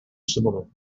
similar